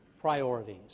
priorities